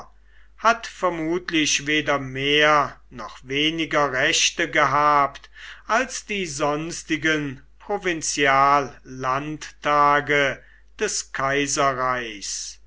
hat vermutlich weder mehr noch weniger rechte gehabt als die sonstigen provinziallandtage des kaiserreichs